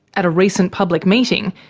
at a recent public meeting,